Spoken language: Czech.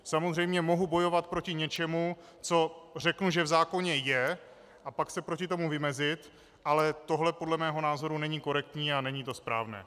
Samozřejmě mohu bojovat proti něčemu, co řeknu, že v zákoně je, a pak se proti tomu vymezit, ale tohle podle mého názoru není korektní a není to správné.